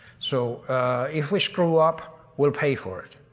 so if we screw up, we'll pay for it,